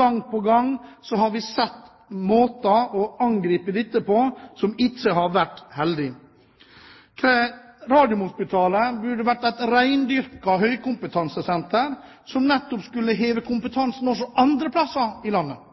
gang på gang har vi sett måter å angripe dette på som ikke har vært heldig. Radiumhospitalet burde vært et rendyrket høykompetansesenter som skulle heve kompetansen også andre steder i landet,